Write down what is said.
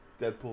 Deadpool